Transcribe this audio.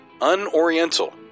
unoriental